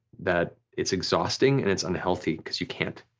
that it's exhausting and it's unhealthy because you can't,